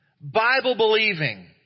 Bible-believing